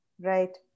Right